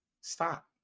stop